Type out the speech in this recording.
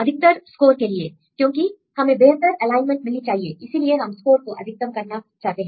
अधिकतर स्कोर के लिए क्योंकि हमें बेहतर एलाइनमेंट मिलनी चाहिए इसीलिए हम स्कोर को अधिकतम करना चाहते हैं